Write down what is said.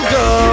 go